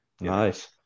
Nice